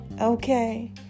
Okay